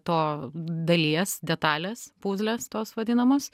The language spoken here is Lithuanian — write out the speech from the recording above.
to dalies detalės puzlės tos vadinamos